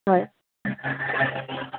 হয়